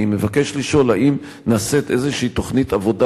אני מבקש לשאול: האם נעשית איזו תוכנית עבודה